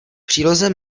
příloze